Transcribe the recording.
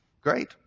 Great